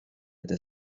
eta